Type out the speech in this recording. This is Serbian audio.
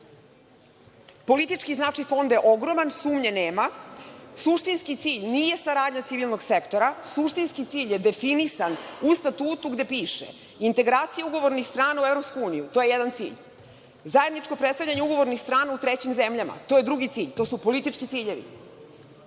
proceduru. Politički značaj Fonda je ogroman, sumnje nema. Suštinski cilj nije saradnja civilnog sektora. Suštinski cilj je definisan u Statutu, gde piše – integracija ugovornih strana u Evropsku uniju, to je jedan cilj, zajedničko predstavljanje ugovornih strana u trećim zemljama, to je drugi cilj, to su politički ciljevi.